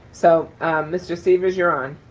so mr. sievers, you're on.